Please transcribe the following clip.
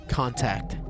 contact